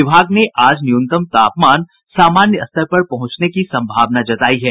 विभाग ने आज न्यूनतम तापमान सामान्य स्तर पर पहुंचने की संभावना जतायी है